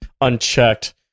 unchecked